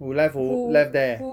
who left who left there